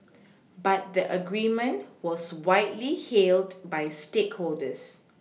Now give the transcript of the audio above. but the agreement was widely hailed by stakeholders